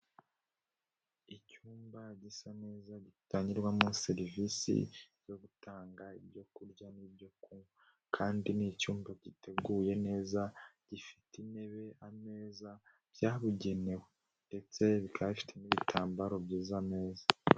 Icyumba gisa neza gitangirwamo serivisi zo gutanga ibyokurya n'ibyo kunywa, kandi ni cyumba giteguye neza, gifite intebe, ameza byabugenewe ndetse bikaba bifite n'ibitambaro byiza neza.